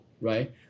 right